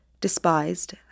despised